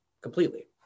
completely